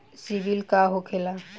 सीबील का होखेला?